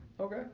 Okay